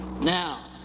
Now